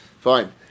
Fine